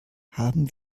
haben